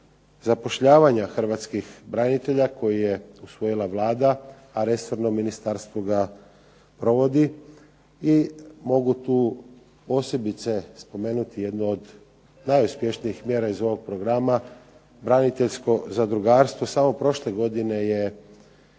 zapošljavanja Hrvatskih branitelja koje je usvojila Vlada, a resorno ministarstvo ga provodi i mogu tu posebice spomenuti jedno od najuspješnijih mjera ovog programa, Braniteljsko zadrugarstvo samo prošle godine je